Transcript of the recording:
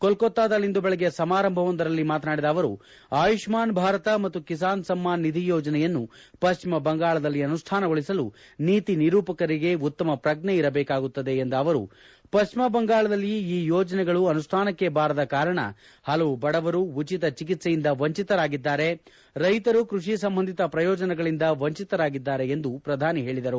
ಕೋಲ್ಕತ್ತಾದಲ್ಲಿಂದು ಬೆಳಗ್ಗೆ ಸಮಾರಂಭವೊಂದರಲ್ಲಿ ಮಾತನಾಡಿದ ಅವರು ಆಯುಷ್ಮಾನ್ ಭಾರತ ಮತ್ತು ಕಿಸಾನ್ ಸಮ್ಮಾನ್ ನಿಧಿ ಯೋಜನೆಯನ್ನು ಪಶ್ಚಿಮ ಬಂಗಾಳದಲ್ಲಿ ಅನುಷ್ಠಾನಗೊಳಿಸಲು ನೀತಿ ನಿರೂಪಕರಿಗೆ ಉತ್ತಮ ಪ್ರಜ್ಞೆ ಇರಬೇಕಾಗುತ್ತದೆ ಎಂದ ಅವರು ಪಶ್ಚಿಮ ಬಂಗಾಳದಲ್ಲಿ ಈ ಯೋಜನೆಗಳು ಅನುಷ್ಠಾನಕ್ಕೆ ಬಾರದ ಕಾರಣ ಹಲವು ಬಡವರು ಉಚಿತ ಚಿಕಿತ್ಸೆಯಿಂದ ವಂಚಿತರಾಗಿದ್ದರೆ ರೈತರು ಕೃಷಿ ಸಂಬಂಧಿತ ಪ್ರಯೋಜನಗಳಿಂದ ವಂಚಿತರಾಗಿದ್ದಾರೆ ಎಂದು ಪ್ರಧಾನಿ ಹೇಳಿದರು